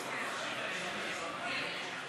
(תיקון מס' 3),